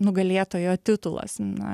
nugalėtojo titulas na